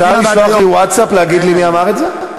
אפשר לשלוח לי ווטסאפ, להגיד לי מי אמר את זה?